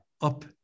up